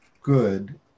good